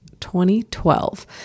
2012